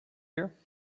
here